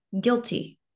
guilty